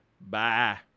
Bye